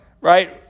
right